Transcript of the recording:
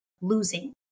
losing